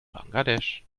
bangladesch